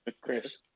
Chris